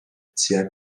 tua